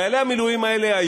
חיילי המילואים האלה,